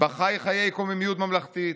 בה חי חיי קוממיות ממלכתית,